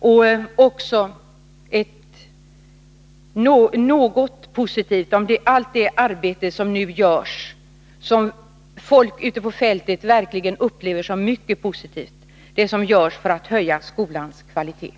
Hon kunde också se positivt på allt det arbete som nu utförs och som folk ute på fältet verkligen upplever som mycket positivt — det som görs för att höja skolans kvalitet.